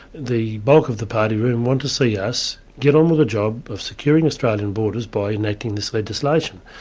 the bulk of the party room want to see us get on with the job of securing australian borders by enacting this legislation.